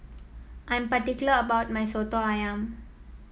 I'm particular about my soto ayam